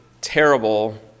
terrible